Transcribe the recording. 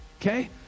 okay